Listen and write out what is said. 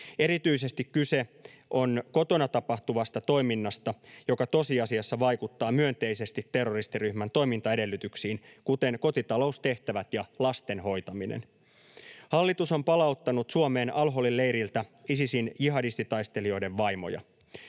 Erityisesti kyse on kotona tapahtuvasta toiminnasta, joka tosiasiassa vaikuttaa myönteisesti terroristiryhmän toimintaedellytyksiin, kuten kotitaloustehtävät ja lasten hoitaminen. Hallitus on palauttanut Suomeen al-Holin leiriltä Isisin jihadistitaistelijoiden vaimoja.